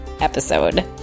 episode